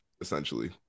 essentially